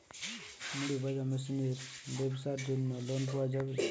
মুড়ি ভাজা মেশিনের ব্যাবসার জন্য লোন পাওয়া যাবে?